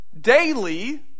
daily